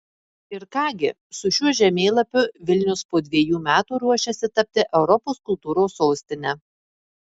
ir ką gi su šiuo žemėlapiu vilnius po dviejų metų ruošiasi tapti europos kultūros sostine